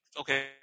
okay